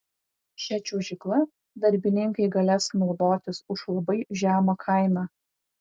šia čiuožykla darbininkai galės naudotis už labai žemą kainą